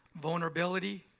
Vulnerability